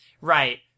right